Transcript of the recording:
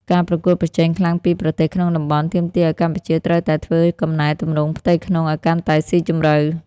ការប្រកួតប្រជែងខ្លាំងពីប្រទេសក្នុងតំបន់ ទាមទារឱ្យកម្ពុជាត្រូវតែធ្វើកំណែទម្រង់ផ្ទៃក្នុងឱ្យកាន់តែស៊ីជម្រៅ។